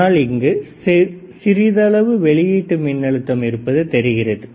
ஆனால் இங்கு சிறிதளவு வெளியீட்டு மின்னழுத்தம் இருப்பது தெரிகிறது